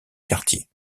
quartier